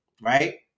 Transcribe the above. right